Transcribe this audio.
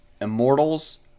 immortals